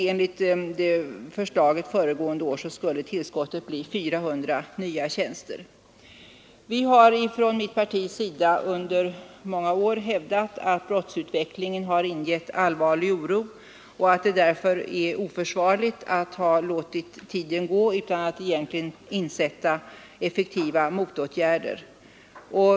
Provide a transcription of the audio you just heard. Enligt förslaget föregående år skulle tillskottet bli 400 nya tjänster. Vi har från mitt partis sida under många år hävdat att brottsutveck lingen har ingett allvarlig oro och att det därför är oförsvarligt att låta Nr 75 tiden gå utan att vidta effektiva motåtgärder.